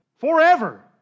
Forever